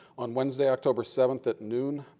on wednesday october seventh at noon,